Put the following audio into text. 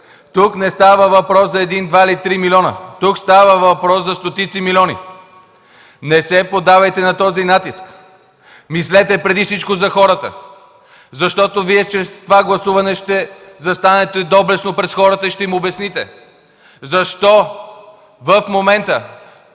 Тук не става въпрос за един, два или три милиона! Тук става въпрос за стотици милиони! Не се поддавайте на този натиск! Мислете преди всичко за хората, защото чрез това гласуване ще застанете доблестно пред тях и ще им обясните защо в момента